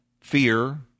fear